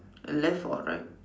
left or right